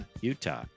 Utah